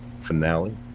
finale